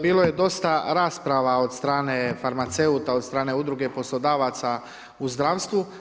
Bilo je dosta rasprava od strane farmaceuta, od strane udruge poslodavaca u zdravstvu.